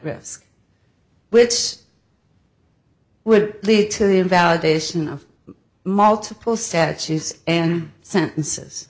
risk which would lead to invalidation of multiple statutes and sentences